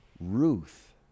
Ruth